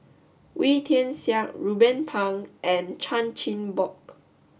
Wee Tian Siak Ruben Pang and Chan Chin Bock